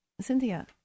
Cynthia